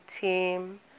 team